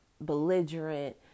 belligerent